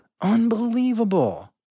Unbelievable